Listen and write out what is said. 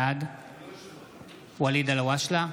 בעד ואליד אלהואשלה,